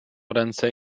ręce